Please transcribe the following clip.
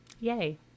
Yay